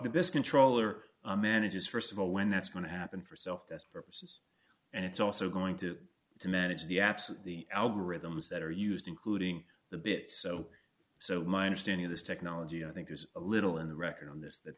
biscuit troll or manages st of all when that's going to happen for self that's purpose and it's also going to to manage the absolute the algorithms that are used including the bit so so my understanding of this technology i think there's a little in the record on this that